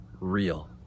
real